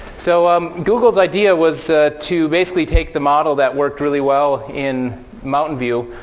so um google's idea was to basically take the model that worked really well in mountain view,